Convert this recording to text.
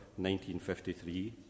1953